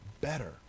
better